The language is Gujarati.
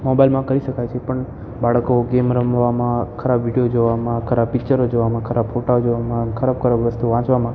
મોબાઈલમાં કરી શકાય છે પણ બાળકો ગેમ રમવામાં ખરાબ વિડીયો જોવામાં ખરાબ પિચરો જોવામાં ખરાબ ફોટાઓ જોવામાં ખરાબ ખરાબ વસ્તુઓ વાંચવામાં